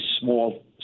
small